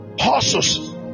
horses